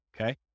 Okay